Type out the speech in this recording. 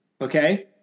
Okay